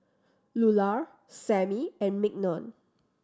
Lular Sammy and Mignon